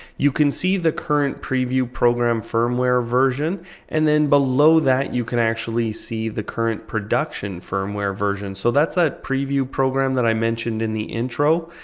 you can see the current preview program firmware version and then below that you can actually see the current production firmware version. so that's the preview program that i mentioned in the intro.